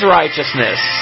righteousness